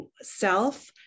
self